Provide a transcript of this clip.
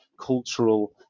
cultural